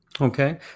Okay